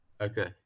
Okay